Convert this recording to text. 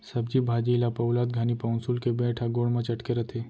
सब्जी भाजी ल पउलत घानी पउंसुल के बेंट ह गोड़ म चटके रथे